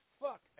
fuck